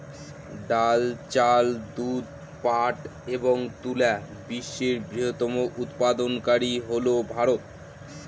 ডাল, চাল, দুধ, পাট এবং তুলা বিশ্বের বৃহত্তম উৎপাদনকারী হল ভারত